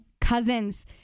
cousins